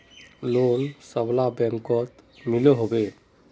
Loan सबला बैंकोत मिलोहो होबे?